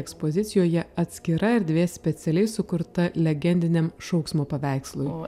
ekspozicijoje atskira erdvė specialiai sukurta legendiniam šauksmo paveikslu